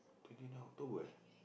twenty nine October eh